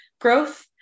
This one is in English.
growth